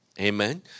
Amen